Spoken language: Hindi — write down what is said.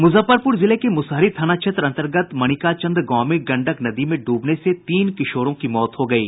मुजफ्फरपुर जिले के मुसहरी थाना क्षेत्र अंतर्गत मनिकाचांद गांव में गंडक नदी में डूबने से तीन किशोरों की मौत हो गयी